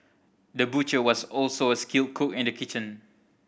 the butcher was also a skilled cook in the kitchen